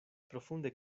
profunde